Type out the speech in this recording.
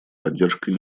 поддержкой